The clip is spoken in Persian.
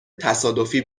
تصادفی